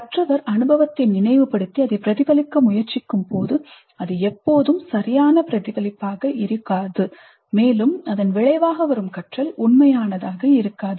கற்றவர் அனுபவத்தை நினைவுபடுத்தி அதைப் பிரதிபலிக்க முயற்சிக்கும்போது அது எப்போதும் சரியான பிரதிபலிப்பாக இருக்காதுமேலும் அதன் விளைவாக வரும் கற்றல் உண்மையானதாக இருக்காது